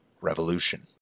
revolution